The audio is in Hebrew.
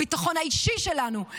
הביטחון האישי שלנו,